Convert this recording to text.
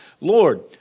Lord